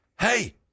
Hey